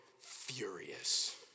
furious